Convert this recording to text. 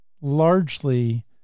Largely